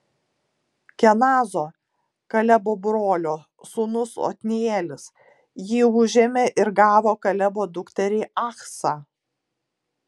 kenazo kalebo brolio sūnus otnielis jį užėmė ir gavo kalebo dukterį achsą